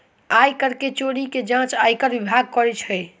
आय कर के चोरी के जांच आयकर विभाग करैत अछि